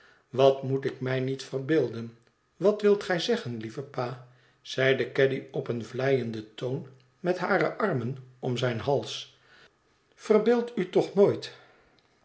wat moet ik mij niet verbeelden wat wilt gij zeggen lieve pa zeide caddy op een vleienden toon met hare armen om zijn hals verbeeld u toch nooit